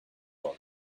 only